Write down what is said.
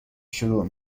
شروع